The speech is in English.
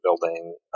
building